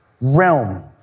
realm